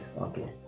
okay